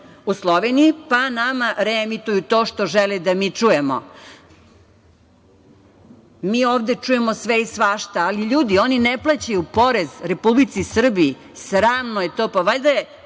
u Sloveniji pa nama reemituju to što žele da mi čujemo. Mi ovde čujemo sve i svašta. Ali, ljudi, oni ne plaćaju porez Republici Srbiji. Sramno je to. Valjda je